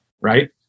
right